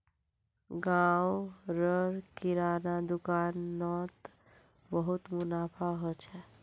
गांव र किराना दुकान नोत बहुत मुनाफा हो छे